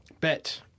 Bet